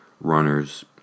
Runners